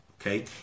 Okay